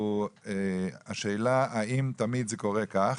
היא השאלה האם תמיד זה קורה כך.